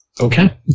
Okay